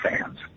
fans